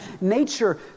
nature